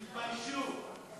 תתביישו.